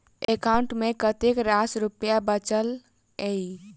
account मे कतेक रास रुपया बचल एई